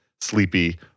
sleepy